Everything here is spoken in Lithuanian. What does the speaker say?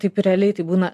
taip realiai tai būna